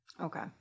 Okay